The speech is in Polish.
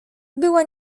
była